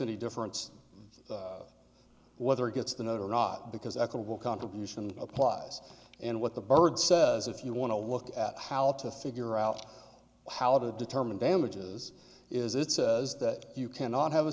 any difference whether it gets the nod or not because equable contribution applies and what the bird says if you want to look at how to figure out how to determine damages is it says that you cannot have a